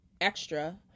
extra